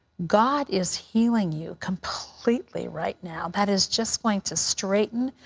god is healing you completely right now. that is just going to straighten.